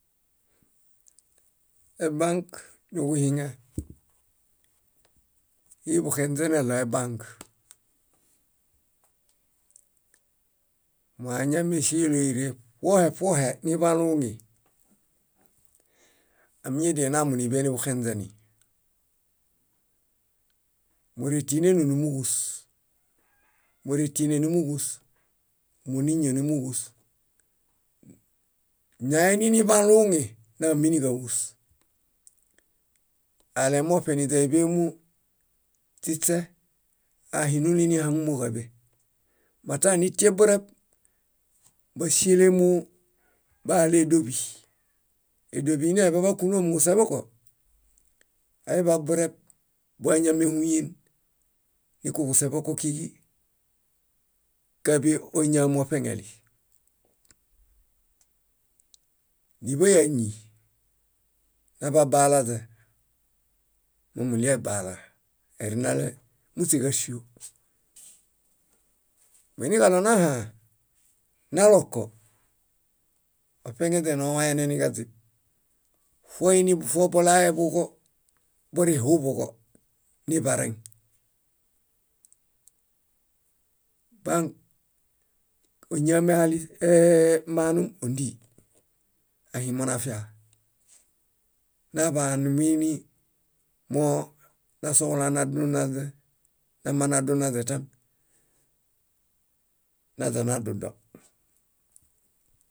Ebãk niġuhiŋe, íi buxenźe neɭo ebãk. Moañameĵelo íre ṗohe ṗohe niḃaluŋi amiñedininamo níḃe niḃuxenźeni. Móretienenunumuġus, móretienenumuġus, móniñonumuġus. Ñoainininiḃuluŋi, náominiġaġus. alemoṗem níźaniḃe śiśe, ahinuliahaŋumo káḃe mataanitiebureb báŝielemoo bahale édoḃi. Édoḃi neḃaḃa kúnomu kúseṗoko, aiḃabureb boo áñamehuyen ni kúġuseṗokokiġi káḃe óñam oṗeŋeli. Níḃayañi, naḃabaalaźe, momuɭie baala. Airinale múśeġaŝio. Moiniġaɭo nahãã, naloko, oṗeŋeźe nowayeneniġaźib. Foinifobulaeḃuġo borihuḃuġo niḃareŋ. Bãk óñaum ehalis eee- manum óndii: ahimonafia naḃanimuini moo nasohulanadunaźe naźanadudo.